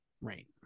right